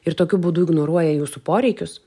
ir tokiu būdu ignoruoja jūsų poreikius